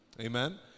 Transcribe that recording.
Amen